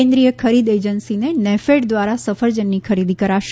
કેન્દ્રિય ખરીદ એજન્સીને નેફેડ દ્વારા સફરજનની ખરીદી કરાશે